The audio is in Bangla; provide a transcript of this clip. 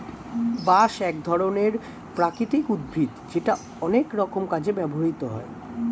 বাঁশ এক ধরনের প্রাকৃতিক উদ্ভিদ যেটা অনেক রকম কাজে ব্যবহৃত হয়